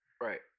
right